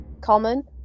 common